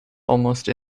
almost